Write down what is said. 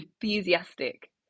enthusiastic